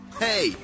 Hey